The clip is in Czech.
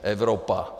Evropa.